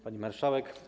Pani Marszałek!